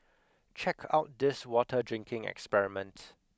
check out this water drinking experiment